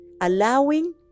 allowing